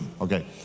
Okay